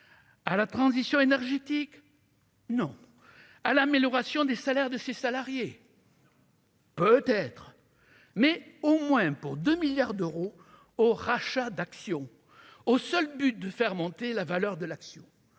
à la transition énergétique non à l'amélioration des salaires de ses salariés. Peut-être, mais au moins pour 2 milliards d'euros au rachat d'actions au seul but de faire monter la valeur de l'action,